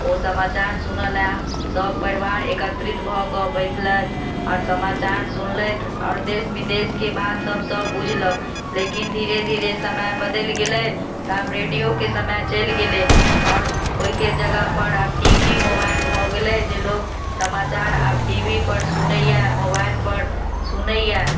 ओ समाचार सुने लऽए सब परिवार एकत्रित भऽ के बैसलथि आओर समाचार सुनलथि आओर देश विदेश के बात सब सब बुझलक लेकिन धीरे धीरे समय बदलि गेलै तऽ आब रेडियो के समय चलि गेलै आओर ओहिके जगह पर आब टी वी मोबाइल भऽ गेलै जे लोक समाचार आब टी वी पर सूनैया मोबाइल पर सूनैया